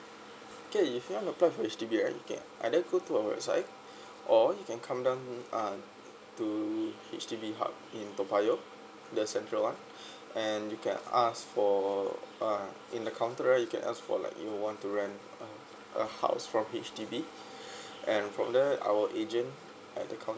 okay if you want to apply for H_D_B right you can either go to our website or you can come down uh to H_D_B hub in toa payoh the central one and you can ask for uh in the counter right you can ask for like you want to rent a house from H_D_B and from there our agent at the